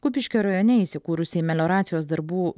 kupiškio rajone įsikūrusiai melioracijos darbų